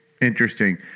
Interesting